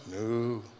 No